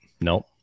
No